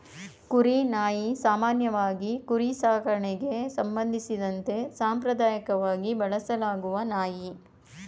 ಕುರಿ ನಾಯಿ ಸಾಮಾನ್ಯವಾಗಿ ಕುರಿ ಸಾಕಣೆಗೆ ಸಂಬಂಧಿಸಿದಂತೆ ಸಾಂಪ್ರದಾಯಕವಾಗಿ ಬಳಸಲಾಗುವ ನಾಯಿ